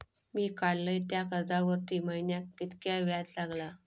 मी काडलय त्या कर्जावरती महिन्याक कीतक्या व्याज लागला?